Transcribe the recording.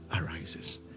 arises